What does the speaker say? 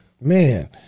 Man